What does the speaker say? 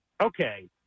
Okay